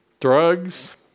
Drugs